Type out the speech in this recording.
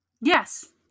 Yes